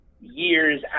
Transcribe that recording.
years